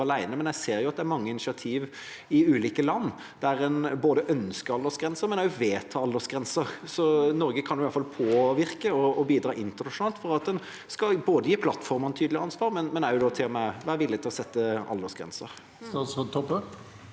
alene. Jeg ser at det er mange initiativ i ulike land, der en både ønsker og også vedtar aldersgrenser. Så Norge kan i hvert fall påvirke og bidra internasjonalt for at en skal gi plattformene tydelig ansvar, men også til og med være villig til å sette aldersgrenser. Statsråd Kjersti